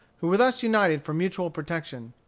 who were thus united for mutual protection.